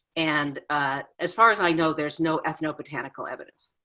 and as far as i know, there's no ethnobotanical evidence.